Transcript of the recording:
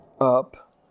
up